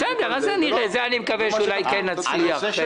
את זה אני מקווה שאולי כן נצליח.